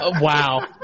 Wow